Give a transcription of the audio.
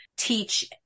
Teach